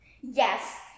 Yes